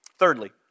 Thirdly